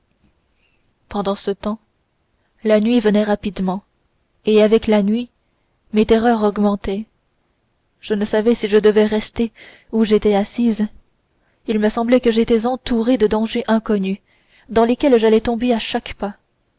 pendant ce temps la nuit venait rapidement et avec la nuit mes terreurs augmentaient je ne savais si je devais rester où j'étais assise il me semblait que j'étais entourée de dangers inconnus dans lesquels j'allais tomber à chaque pas